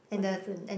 what different